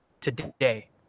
today